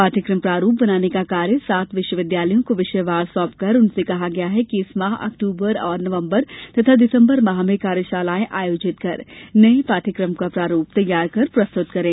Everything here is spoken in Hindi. पाठ्यक्रम प्रारूप बनाने का कार्य सात विश्वविद्यालयों को विषयवार सौंपकर उनसे कहा गया है कि इस माह अक्टूबर तथा नवम्बर और दिसम्बर माह में कार्यशालाएँ आयोजित कर नये पाठ्यक्रम का प्रारूप तैयार कर प्रस्तुत करें